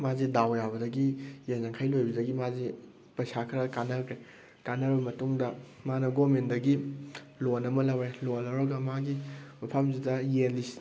ꯃꯥꯁꯦ ꯗꯥꯎ ꯌꯥꯕꯗꯒꯤ ꯌꯦꯟ ꯌꯥꯡꯈꯩ ꯂꯣꯏꯕꯗꯒꯤ ꯃꯥꯁꯦ ꯄꯩꯁꯥ ꯈꯔ ꯀꯥꯅꯈ꯭ꯔꯦ ꯀꯥꯅꯔꯕ ꯃꯇꯨꯡꯗ ꯃꯥꯅ ꯒꯣꯔꯃꯦꯟꯗꯒꯤ ꯂꯣꯟ ꯑꯃ ꯂꯧꯔꯦ ꯂꯣꯟ ꯂꯧꯔꯒ ꯃꯥꯒꯤ ꯃꯐꯝꯁꯤꯗ ꯌꯦꯟ